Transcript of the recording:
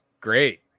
great